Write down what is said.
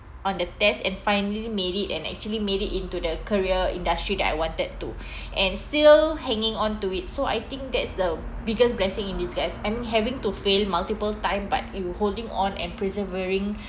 on the tests and finally made it and actually made it into the career industry that I wanted to and still hanging onto it so I think that's the biggest blessing in disguise I mean having to fail multiple time but you holding on and persevering